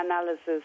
analysis